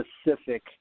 specific